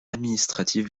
administrative